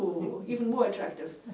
even more attractive.